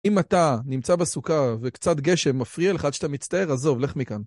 אם אתה נמצא בסוכה וקצת גשם מפריע לך עד שאתה מצטער, עזוב, לך מכאן.